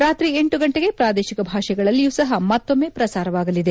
ರಾತ್ರಿ ಲಗಂಟಿಗೆ ಪ್ರಾದೇಶಿಕ ಭಾಷೆಗಳಲ್ಲಿಯೂ ಸಹ ಮತ್ತೊಮ್ಮೆ ಪ್ರಸಾರವಾಗಲಿದೆ